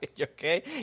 Okay